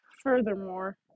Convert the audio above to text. Furthermore